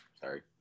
Sorry